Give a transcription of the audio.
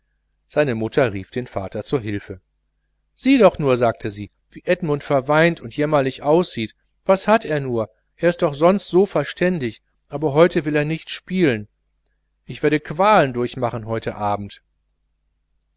seine mutter rief den vater zu hilfe sieh doch nur sagte sie wie edmund verweint und jämmerlich aussieht was hat er nur er ist doch sonst so verständig aber heute will er nicht spielen ich werde qualen durchmachen heute abend